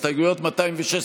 הסתייגויות מס'